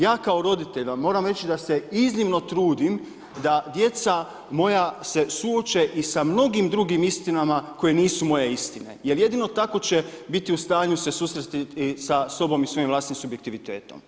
Ja kao roditelj vam moram reći da se iznimno trudim da djeca moja se suoče i sa mnogim drugim istinama koje nisu moje istine jer jedino tako će biti u stanju se susresti sa sobom i svojim vlastitim subjektivitetom.